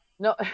No